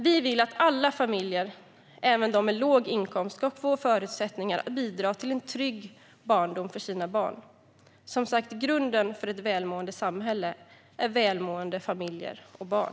Vi vill att alla familjer, även de med låg inkomst, ska få förutsättningar att bidra till en trygg barndom för sina barn. Grunden för ett välmående samhälle är som sagt välmående familjer och barn.